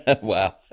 Wow